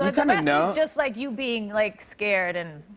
you kind of you know just like you being like scared and